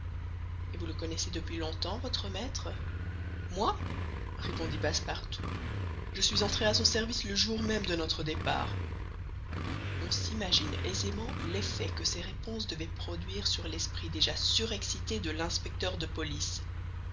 et vous le connaissez depuis longtemps votre maître moi répondit passepartout je suis entré à son service le jour même de notre départ on s'imagine aisément l'effet que ces réponses devaient produire sur l'esprit déjà surexcité de l'inspecteur de police